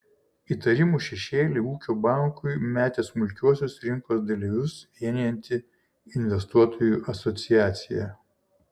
įtarimų šešėlį ūkio bankui metė smulkiuosius rinkos dalyvius vienijanti investuotojų asociacija